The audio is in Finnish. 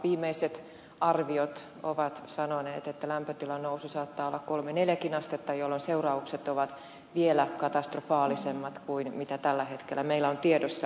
viimeiset arviot ovat sanoneet että lämpötilan nousu saattaa olla kolme neljäkin astetta jolloin seuraukset ovat vielä katastrofaalisemmat kuin tällä hetkellä meillä on tiedossa